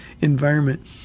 environment